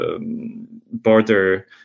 border